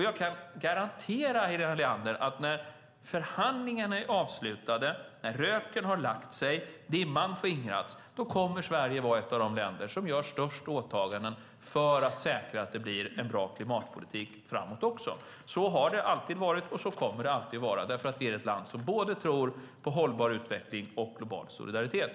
Jag kan garantera Helena Leander att när förhandlingarna är avslutade, när röken har lagt sig och när dimman har skingrats kommer Sverige att vara ett av de länder som gör störst åtaganden för att säkra att det blir en bra klimatpolitik framåt också. Så har det alltid varit, och så kommer det alltid att vara, för Sverige är ett land som både tror på hållbar utveckling och global solidaritet.